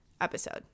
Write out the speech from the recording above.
episode